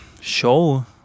show